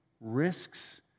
risks